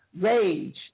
rage